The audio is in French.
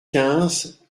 quinze